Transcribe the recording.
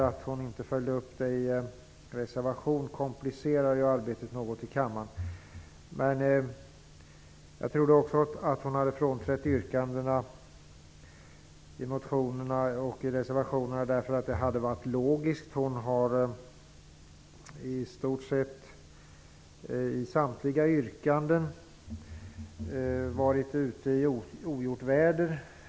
Att hon inte följde upp detta i en reservation komplicerar arbetet något i kammaren. Jag trodde att hon frånträtt yrkandena i motionen, eftersom det hade varit logiskt. Hon har i stort sett i samtliga yrkanden varit ute i ogjort väder.